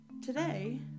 today